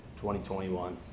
2021